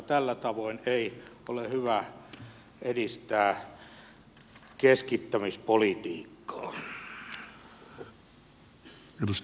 tällä tavoin ei ole hyvä edistää keskittämispolitiikkaa